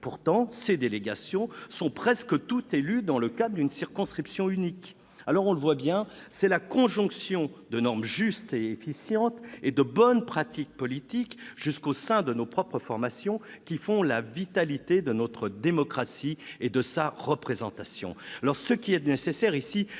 Pourtant, elles sont presque toutes élues dans le cadre d'une circonscription unique. On le voit bien, c'est la conjonction de normes justes et efficientes et de bonnes pratiques politiques, jusqu'au sein de nos propres formations, qui font la vitalité de notre démocratie et de sa représentation.